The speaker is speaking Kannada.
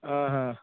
ಹಾಂ ಹಾಂ